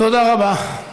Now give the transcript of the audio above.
תודה רבה.